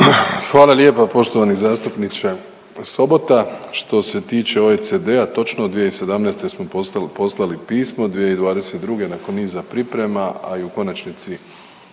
Hvala lijepa poštovani zastupniče Sobota. Što se tiče OECD-a točno 2017. smo poslali pismo. 2022. nakon niza priprema, a i u konačnici